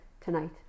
tonight